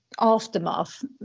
aftermath